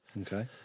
Okay